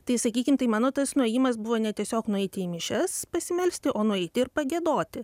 tai sakykim tai mano tas nuėjimas buvo ne tiesiog nueiti į mišias pasimelsti o nueiti ir pagiedoti